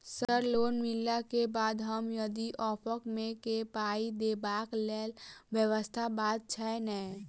Sir loan मिलला केँ बाद हम यदि ऑफक केँ मे पाई देबाक लैल व्यवस्था बात छैय नै?